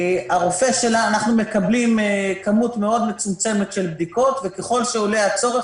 אנחנו מקבלים כמות מצומצמת מאוד של בדיקות וככל שעולה הצורך,